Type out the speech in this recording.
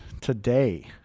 today